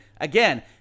again